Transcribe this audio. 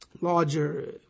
larger